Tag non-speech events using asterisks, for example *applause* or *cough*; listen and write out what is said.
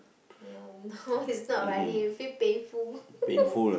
ya no it's not running you feel painful *laughs*